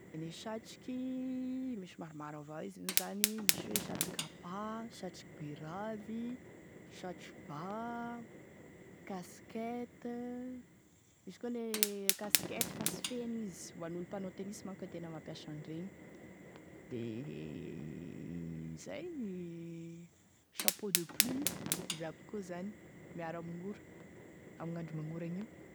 Gne satroky, misy maromaro avao zany izy io, misy satroky apa, satroky be ravy, satro-ba, casquette, misy koa gne casquette fa tsy feno izy, ho an'ny olo mpanao tennis manko e tena mampiasa an'i reny de izay, chapeau de pluie, izy aby koa zany, miaro amy gn'ora, amin'andro magnoragny io.